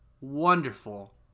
wonderful